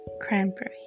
cranberry